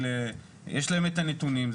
יש להם את הנתונים,